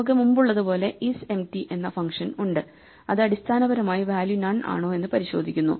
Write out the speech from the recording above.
നമുക്ക് മുമ്പുള്ളതുപോലെ isempty എന്ന ഫംഗ്ഷൻ ഉണ്ട് അത് അടിസ്ഥാനപരമായി വാല്യൂ നൺ ആണോ എന്ന് പരിശോധിക്കുന്നു